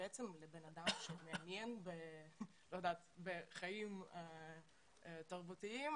ובעצם לבן אדם שמתעניין בחיים תרבותיים,